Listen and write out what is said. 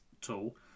tool